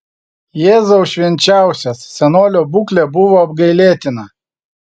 jėzau švenčiausias senolio būklė buvo apgailėtina